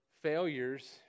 failures